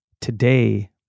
today